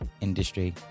industry